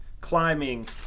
climbing